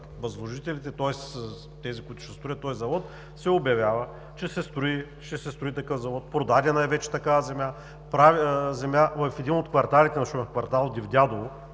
възложителите, тоест с тези, които ще строят завода, се обявява, че ще се строи такъв завод, продадена е вече такава земя в един от кварталите на Шумен – „Дивдядово“,